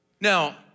Now